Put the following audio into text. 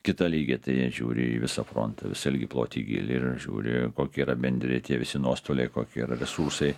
kitą lygį tai jie žiūri į visą fronto ilgį plotį gylį ir žiūri kokie yra bendri tie visi nuostoliai kokie yra resursai